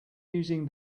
using